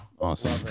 awesome